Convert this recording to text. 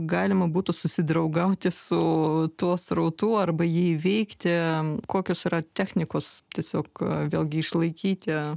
galima būtų susidraugauti su tuo srautu arba jį įveikti kokios yra technikos tiesiog vėlgi išlaikyti